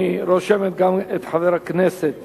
אני רושם גם את חברי הכנסת